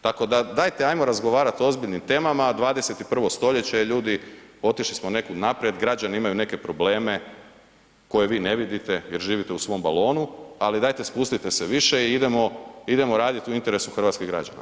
Tako da dajte, ajmo razgovarat o ozbiljnim temama, 21. stoljeće je ljudi, otišli smo nekud naprijed, građani imaju neke probleme koje vi ne vidite jer živite u svom balonu, ali dajte spustite se više i idemo, idemo raditi u interesu hrvatskih građana.